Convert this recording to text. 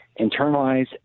internalize